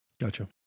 Gotcha